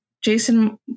Jason